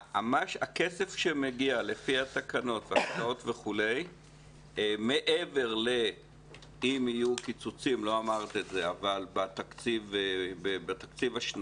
הכסף שמגיע לפי התקנות חוץ מאשר אם יהיו קיצוצים בתקציב השנתי,